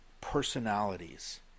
personalities